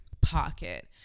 pocket